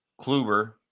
Kluber